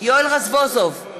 יואל רזבוזוב,